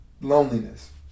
loneliness